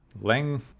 Lang